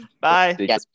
Bye